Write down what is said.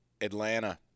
Atlanta